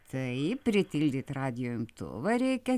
taip pritildyt radijo imtuvą reikia